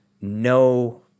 no